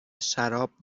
شراب